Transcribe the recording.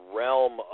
realm